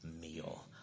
meal